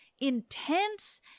intense